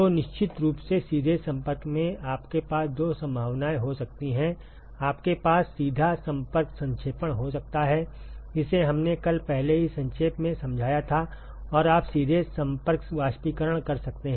तो निश्चित रूप से सीधे संपर्क में आपके पास दो संभावनाएं हो सकती हैं आपके पास सीधा संपर्क संक्षेपण हो सकता है जिसे हमने कल पहले ही संक्षेप में समझाया था और आप सीधे संपर्क वाष्पीकरण कर सकते हैं